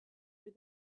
were